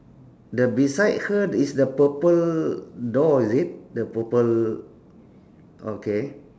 the beside her is the purple door is it the purple okay